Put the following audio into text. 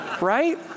Right